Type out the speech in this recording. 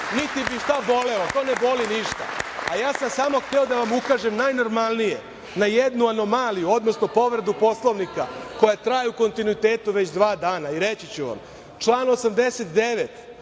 niti bi šta bolelo, to ne boli ništa. A ja sam samo hteo da vam ukažem najnormalnije na jednu anomaliju, odnosno povredu Poslovnika koja traje u kontinuitetu već dva dana i reći ću vam. Član 89,